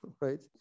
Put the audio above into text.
right